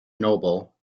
noble